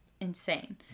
insane